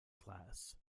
class